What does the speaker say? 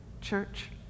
church